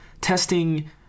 testing